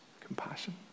compassion